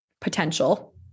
potential